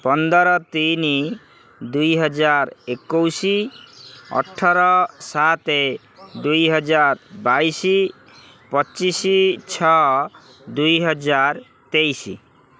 ପନ୍ଦର ତିନି ଦୁଇହଜାର ଏକୋଇଶ ଅଠର ସାତ ଦୁଇହଜାର ବାଇଶ ପଚିଶ ଛଅ ଦୁଇହଜାର ତେଇଶ